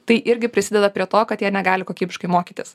tai irgi prisideda prie to kad jie negali kokybiškai mokytis